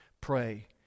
pray